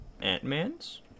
Ant-Man's